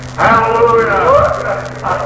hallelujah